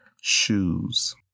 Shoes